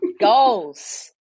Goals